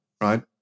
right